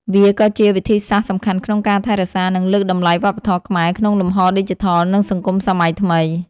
វាក៏ជាវិធីសាស្រ្តសំខាន់ក្នុងការថែរក្សា និងលើកតម្លៃវប្បធម៌ខ្មែរ ក្នុងលំហឌីជីថល និងសង្គមសម័យថ្មី។